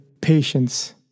patience